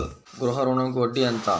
గృహ ఋణంకి వడ్డీ ఎంత?